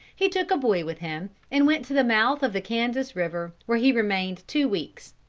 he took a boy with him and went to the mouth of the kansas river, where he remained two weeks.